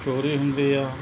ਚੋਰੀ ਹੁੰਦੀ ਹੈ